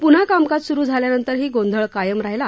पुन्हा कामकाज सुरु झाल्यानंतरही गोंधळ कायम राहीला